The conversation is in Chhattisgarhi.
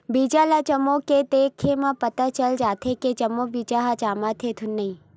बीजा ल जमो के देखे म पता चल जाथे के जम्मो बीजा ह जामत हे धुन नइ